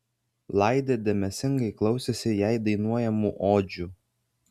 laidė dėmesingai klausėsi jai dainuojamų odžių